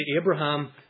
Abraham